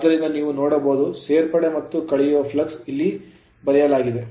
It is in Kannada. ಆದ್ದರಿಂದ ನೀವು ನೋಡಬಹುದು ಸೇರ್ಪಡೆ ಮತ್ತು ಕಳೆಯುವ flux ಫ್ಲಕ್ಸ್ ಅನ್ನು ಇಲ್ಲಿ ಬರೆಯಲಾಗಿದೆ